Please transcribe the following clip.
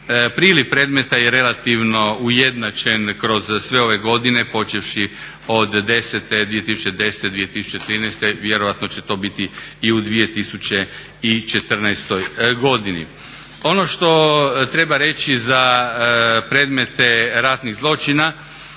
Priliv predmeta je relativno ujednačen kroz sve ove godine počevši od 2010. do 2013. vjerojatno će to biti i u 2014. godini. Ono što treba reći za predmete ratnih zločina,